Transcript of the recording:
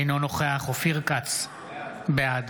אינו נוכח אופיר כץ, בעד